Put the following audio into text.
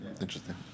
Interesting